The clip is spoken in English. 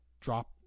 drop